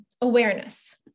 awareness